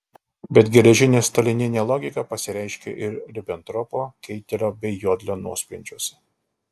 bet geležinė stalininė logika pasireiškė ir ribentropo keitelio bei jodlio nuosprendžiuose